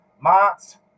Mots